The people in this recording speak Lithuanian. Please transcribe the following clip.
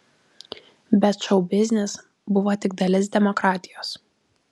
bet šou biznis buvo tik dalis demokratijos